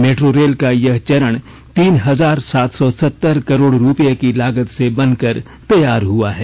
metro rail का यह चरण तीन हजार सात सौ सत्तर करोड़ रूपए की लागत से बनकर तैयार हुआ है